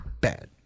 bad